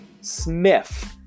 Smith